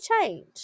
change